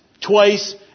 twice